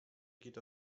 geht